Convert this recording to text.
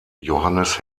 johannes